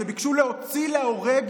שביקשו להוציא להורג